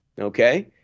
Okay